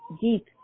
deep